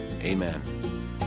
Amen